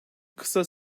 kısa